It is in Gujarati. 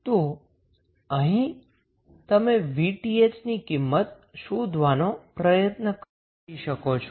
તો અહીં તમે 𝑉𝑡ℎ ની કિંમત શોધવાનો પ્રયત્ન કરી શકો છો